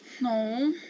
No